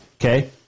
okay